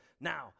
Now